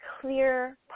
clear